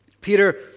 Peter